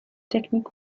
techniques